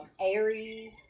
Aries